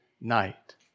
night